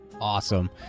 Awesome